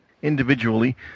individually